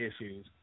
issues